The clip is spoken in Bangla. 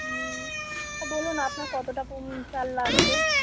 হুম তো বলুন আপনার কতটা চাল লাগবে